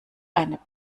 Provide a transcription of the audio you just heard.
eine